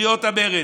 מקריאות המרד.